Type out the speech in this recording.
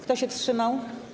Kto się wstrzymał?